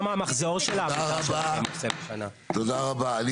תודה רבה.